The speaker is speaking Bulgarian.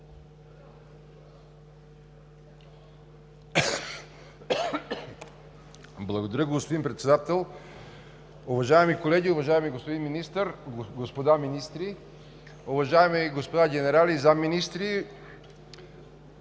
Благодаря, господин Председател. Уважаеми колеги, уважаеми господин Министър, господа министри, уважаеми господа генерали и заместник-министри!